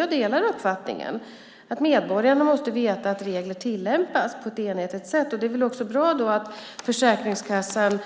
Jag delar uppfattningen att medborgarna måste veta att regler tillämpas på ett enhetligt sätt. Det är väl bra då att Försäkringskassan